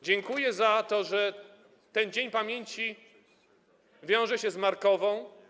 Dziękuję za to, że ten dzień pamięci wiąże się z Markową.